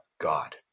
God